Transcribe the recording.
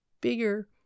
bigger